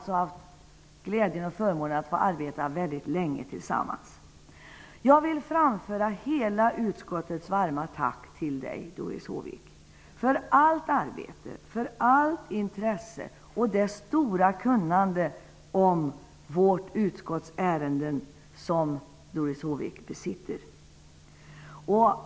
Vi har haft glädjen och förmånen att få arbeta väldigt länge tillsammans. Jag vill framföra hela utskottets varma tack till Doris Håvik för hennes intresse och för det stora kunnande om vårt utskotts ärenden som hon besitter.